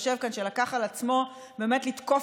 שיושב כאן ושלקח על עצמו באמת לתקוף